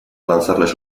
lanzarles